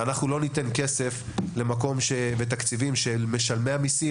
אנחנו לא ניתן כסף ותקציבים של משלמי המיסים.